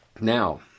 Now